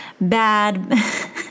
bad